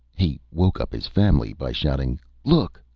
he woke up his family by shouting look!